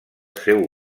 seu